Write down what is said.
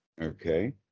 Okay